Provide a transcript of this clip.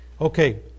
Okay